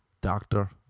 doctor